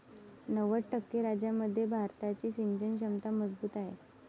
नव्वद टक्के राज्यांमध्ये भारताची सिंचन क्षमता मजबूत आहे